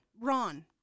Ron